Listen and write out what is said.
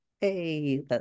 hey